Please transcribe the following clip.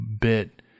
bit